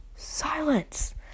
Silence